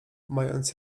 mając